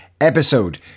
episode